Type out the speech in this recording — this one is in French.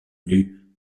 nue